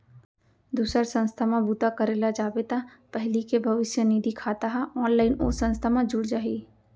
दूसर संस्था म बूता करे ल जाबे त पहिली के भविस्य निधि खाता ह ऑनलाइन ओ संस्था म जुड़ जाही